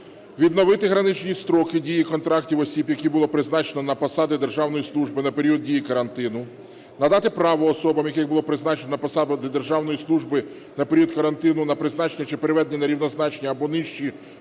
відновити граничні строки дії контрактів осіб, яких було призначено на посади державної служби на період дії карантину. Надати право особам, яких було призначено на посади державної служби на період дії карантину, на призначення чи переведення на рівнозначні або нижчі